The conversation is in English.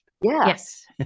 yes